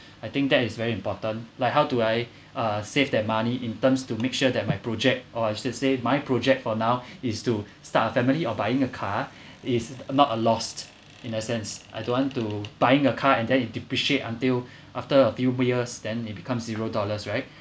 I think that is very important like how do I uh save that money in terms to make sure that my project or I should say my project for now is to start a family or buying a car is not a loss in a sense I don't want to buying a car and then it depreciate until after a few more years then it becomes zero dollars right